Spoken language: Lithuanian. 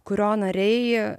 kurio nariai